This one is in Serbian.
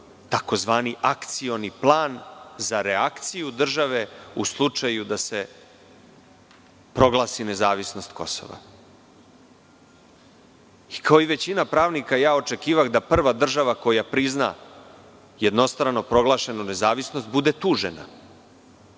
ima tzv. akcioni plan za reakciju države u slučaju da se proglasi nezavisnost Kosova. Kao i većina pravnika, očekivao sam da prva država koja prizna jednostrano proglašenu nezavisnost, bude tužena.